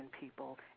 people